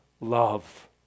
love